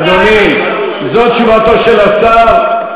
אדוני, זו תשובתו של השר,